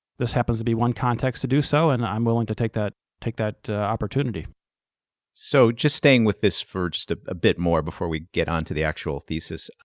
this happens to be one context to do so, and i'm willing to take that take that opportunity. steve so just staying with this for just a bit more before we get on to the actual thesis.